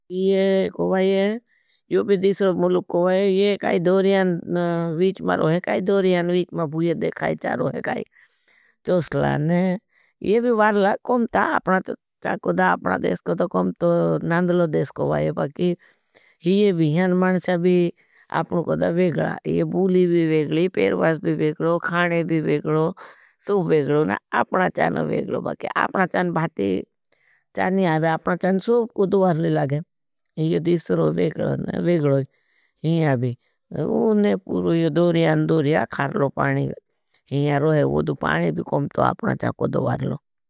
यो भी दीसर मुल्ग को वाये, ये काई दोरियान वीच में भूये देखाई, चारो है काई तोसलान। ये भी वारला कुम ता, अपना देश को तो कुम तो नांदलो देश को वाये, बाकि ये भी हैं मानसा भी अपनों को तो वेगला। कुली भी वेगली, पेरवास भी वेगलो, खाने भी वेगलो, सुप वेगलो ना, अपना चान वेगलो, बाकि अपना चान भाती चान नहीं है, अपना चान सूप को दोवारली लागे। ये दिसरो वेगलो ना, वेगलो हैं, इन्हां भी, उनने पूरो ये दोरिया अंदोरिया खारलो पानी, इन्हां रोहे वोदु पानी भी कुमतो, अपना चान को दोवारलो।